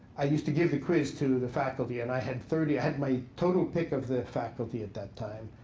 i used to give a quiz to the faculty. and i had thirty i had my total pick of the faculty at that time.